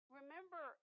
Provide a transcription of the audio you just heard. remember